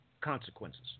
consequences